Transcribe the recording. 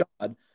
God